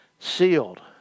sealed